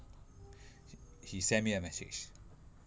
he send me a message